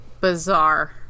bizarre